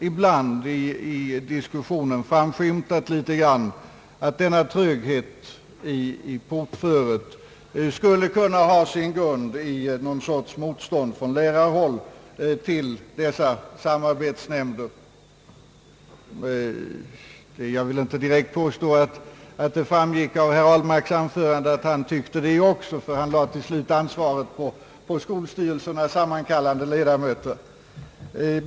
I diskussionen har det ibland framskymtat att denna tröghet skulle kunna ha sin grund i någon sorts motstånd från lärarhåll till dessa samarbetsnämnder. Jag vill inte direkt påstå att det framgick av herr Ahlmarks anförande att han också tyckte så, till slut lade han ansvaret på skolstyrelsernas sammankallande ledamöter.